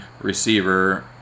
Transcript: receiver